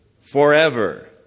forever